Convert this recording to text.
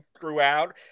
throughout